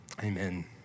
amen